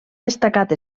destacat